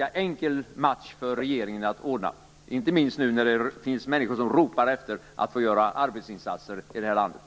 en enkel match för regeringen att ordna fram en utredare - inte minst nu när det finns människor som ropar efter att få göra arbetsinsatser i det här landet.